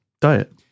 diet